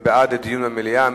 בעד דיון במליאה.